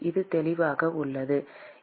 இது தெளிவாக உள்ளதா